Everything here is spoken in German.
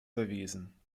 verwiesen